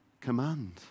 command